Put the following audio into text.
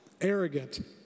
arrogant